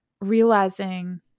realizing